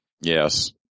Yes